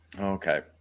okay